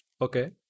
Okay